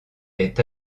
est